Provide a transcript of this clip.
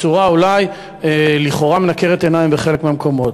בצורה אולי לכאורה מנקרת עיניים בחלק מהמקומות.